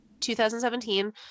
2017